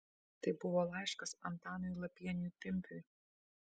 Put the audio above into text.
tai buvo laiškas antanui lapieniui pimpiui